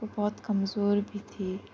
وہ بہت کمزور بھی تھی